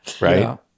Right